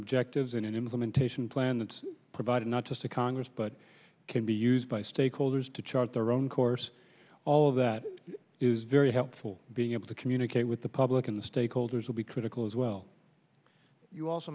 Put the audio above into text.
that's provided not just to congress but can be used by stakeholders to chart their own course all of that is very helpful being able to communicate with the public and the stakeholders will be critical as well you also